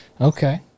okay